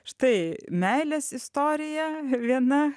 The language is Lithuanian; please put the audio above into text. štai meilės istorija viena